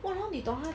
!walao! 你懂他